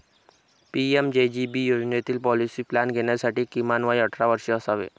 PMJJB योजनेतील policy plan घेण्यासाठी किमान वय अठरा वर्षे असावे